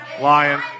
Lion